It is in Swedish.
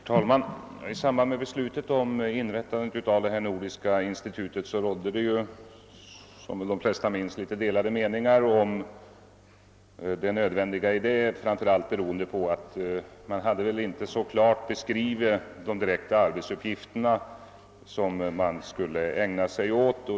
Herr talman! I samband med beslutet om inrättandet av ett nordiskt institut för materialprovning på detta område var meningarna delade om det nödvändiga i ett sådant institut, framför allt beroende på att man väl inte så klart hade beskrivit de praktiska arbetsuppgifter som institutet skulle ägna sig åt.